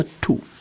two